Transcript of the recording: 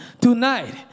tonight